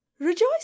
Rejoice